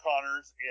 Connors